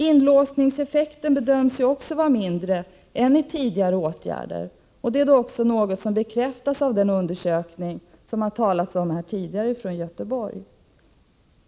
Inlåsningseffekten bedöms också vara mindre än med tidigare åtgärder, vilket bekräftas av den undersökning från Göteborg som det talades om förut.